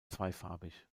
zweifarbig